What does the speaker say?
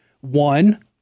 One